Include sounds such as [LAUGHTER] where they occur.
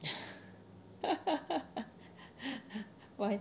[LAUGHS] why